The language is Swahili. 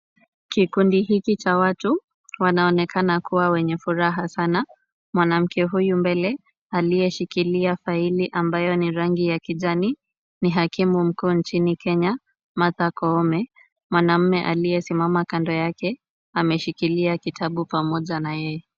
Kikundi hiki cha watu wanaonekana kuwa wenye furaha sana. Mwanamke huyu mbele aliyeshikilia faili ambayo ni rangi ya kijani mkuu nchini Kenya Martha Koome. Mwanaume aliyesimama kando yake ameshikilia kitabu pamoja na yeye.